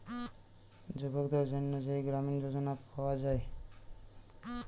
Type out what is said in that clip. যুবকদের জন্যে যেই গ্রামীণ যোজনা পায়া যায়